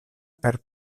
per